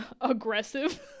aggressive